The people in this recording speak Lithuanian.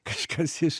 kažkas iš